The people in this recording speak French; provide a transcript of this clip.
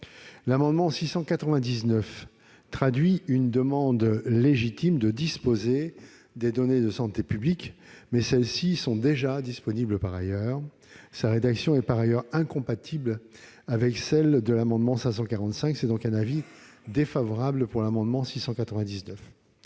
L'amendement n° 699 traduit une demande légitime de disposer de données de santé publique, mais celles-ci sont déjà disponibles par ailleurs. Sa rédaction est du reste incompatible avec celle de l'amendement n° 545 rectifié. Avis défavorable. Enfin, la